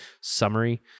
summary